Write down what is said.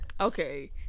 Okay